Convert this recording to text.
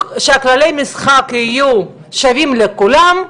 שכללי המשחק יהיו שווים לכולם.